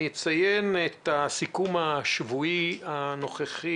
אני אציין את הסיכום השבועי הנוכחי,